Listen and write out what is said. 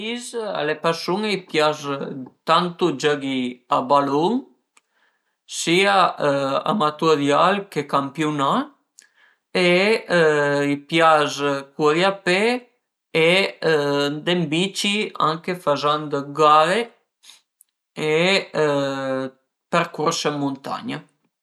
Ën me pais a le persun-e a i pias tantu giöhi a balun, sia amaturial che campiunà e a i pias curi a pe e andé ën bici anche fazand dë gare e percurs ën muntagna